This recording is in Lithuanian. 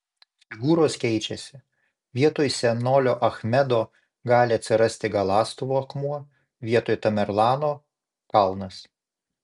figūros keičiasi vietoj senolio achmedo gali atsirasti galąstuvo akmuo vietoj tamerlano kalnas